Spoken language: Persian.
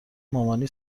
مامانی